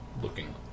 looking